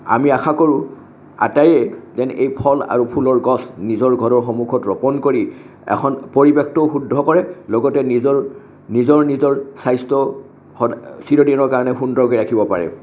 আমি আশা কৰোঁ আটায়ে যেন এই ফল আৰু ফুলৰ গছ নিজৰ ঘৰৰ সন্মুখত ৰোপণ কৰি এখন পৰিৱেশটো শুদ্ধ কৰে লগতে নিজৰ নিজৰ নিজৰ স্বাস্থ্য সদ চিৰদিনৰ কাৰণে সুন্দৰকে ৰাখিব পাৰে